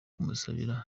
kumusabira